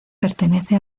pertenece